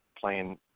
playing